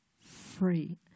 free